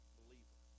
believer